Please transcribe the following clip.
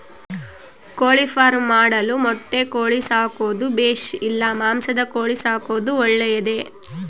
ಕೋಳಿಫಾರ್ಮ್ ಮಾಡಲು ಮೊಟ್ಟೆ ಕೋಳಿ ಸಾಕೋದು ಬೇಷಾ ಇಲ್ಲ ಮಾಂಸದ ಕೋಳಿ ಸಾಕೋದು ಒಳ್ಳೆಯದೇ?